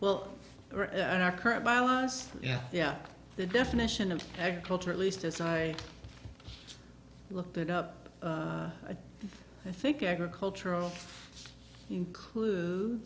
was yeah yeah the definition of agriculture at least as i looked it up i think agricultural include